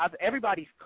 everybody's